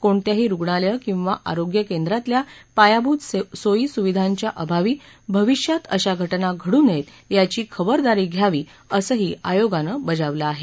कोणत्याही रुग्णालयं किंवा आरोग्य केंद्रातल्या पायाभूत सोयीसुविधांच्या अभावी भविष्यात अशा घटना घडू नयेत याची खबरदारी घ्यावी असंही आयोगानं बजावलं आहे